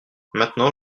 maintenant